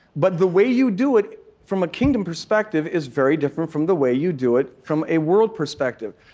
but the way you do it from a kingdom perspective is very different from the way you do it from a world perspective.